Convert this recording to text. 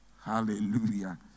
Hallelujah